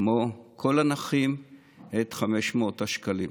כמו כל הנכים, את 500 השקלים.